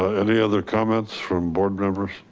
any other comments from board members.